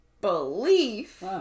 belief